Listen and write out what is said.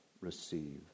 receive